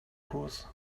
kurs